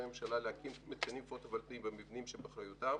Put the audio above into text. הממשלה להקים מתקנים פוטו-וולטאים במבנים שבאחריותם.